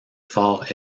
fort